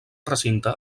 recinte